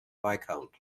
viscount